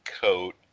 coat